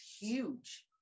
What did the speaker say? huge